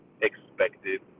expected